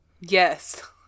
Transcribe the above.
Yes